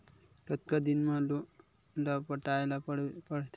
कतका दिन मा लोन ला पटाय ला पढ़ते?